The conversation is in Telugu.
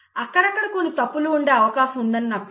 అక్కడక్కడ కొన్ని తప్పులు ఉండే అవకాశం ఉందని నాకు తెలుసు